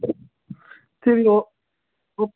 சரி oh okay